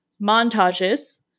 montages